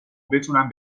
بتونم